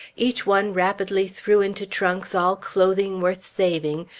each one rapidly threw into trunks all clothing worth saving,